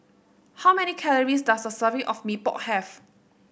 how many calories does a serving of Mee Pok have